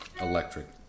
electric